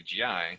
CGI